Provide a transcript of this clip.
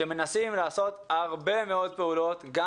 שמנסים לעשות הרבה מאוד פעולות בעניין,